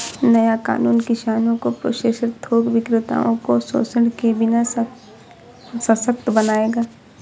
नया कानून किसानों को प्रोसेसर थोक विक्रेताओं को शोषण के बिना सशक्त बनाएगा